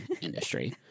industry